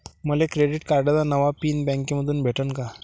मले क्रेडिट कार्डाचा नवा पिन बँकेमंधून भेटन का?